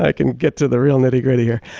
ah can get to the real nitty gritty here.